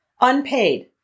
unpaid